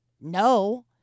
No